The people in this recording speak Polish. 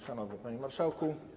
Szanowny Panie Marszałku!